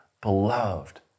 beloved